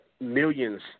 millions